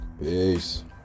Peace